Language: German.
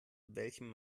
welchem